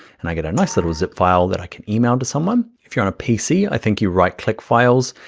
and i get a nice little zip file that i can email to someone. if you're on a pc, i think you right-click files,